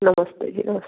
नमस्ते जी नमस्ते